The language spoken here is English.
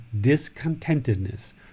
discontentedness